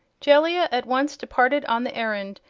jellia at once departed on the errand,